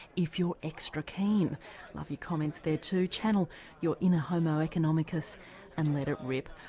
if you're extra keen love your comments there too, channel your inner homo economicus and let it rip,